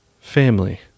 family